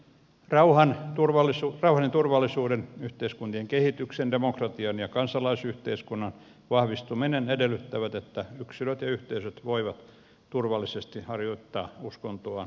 rauhan ja turvallisuuden yhteiskuntien kehityksen sekä demokratian ja kansalaisyhteiskunnan vahvistuminen edellyttää että yksilöt ja yhteisöt voivat turvallisesti harjoittaa uskontoaan ja vakaumustaan